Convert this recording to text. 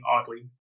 oddly